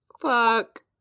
fuck